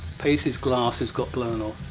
paice's glasses got blown